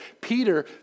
Peter